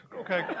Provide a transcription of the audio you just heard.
Okay